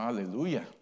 Aleluya